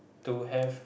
to have